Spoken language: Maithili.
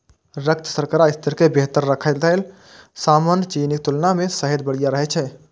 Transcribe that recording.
रक्त शर्करा स्तर कें बेहतर राखै लेल सामान्य चीनीक तुलना मे शहद बढ़िया रहै छै